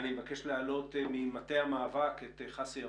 אני מבקש להעלות ממטה המאבק את חסי אברך.